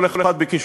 כל אחד בכישוריו,